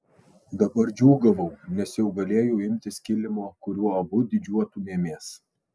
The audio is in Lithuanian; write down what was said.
dabar džiūgavau nes jau galėjau imtis kilimo kuriuo abu didžiuotumėmės